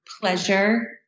pleasure